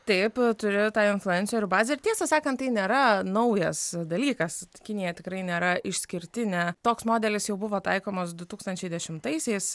taip turi tą influencerių bazę ir tiesą sakant tai nėra naujas dalykas kinija tikrai nėra išskirtinė toks modelis jau buvo taikomas du tūkstančiai dešimtaisiais